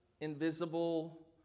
invisible